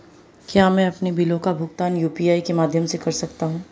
क्या मैं अपने बिलों का भुगतान यू.पी.आई के माध्यम से कर सकता हूँ?